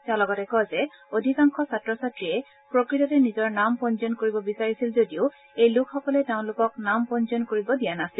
তেওঁ লগতে কয় যে অধিকাংশ ছাত্ৰ ছাত্ৰীয়ে প্ৰকৃততে নিজৰ নাম পঞ্জীয়ন কৰিব বিচাৰিছিল যদিও এই লোকসকলে তেওঁলোকক নাম পঞ্জীয়ন কৰিব দিয়া নাছিল